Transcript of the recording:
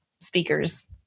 speakers